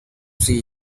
see